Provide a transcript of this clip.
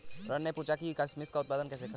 रोहन ने पूछा कि किशमिश का उत्पादन कैसे होता है?